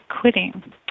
quitting